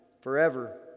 forever